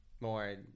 more